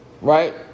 Right